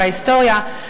וההיסטוריה,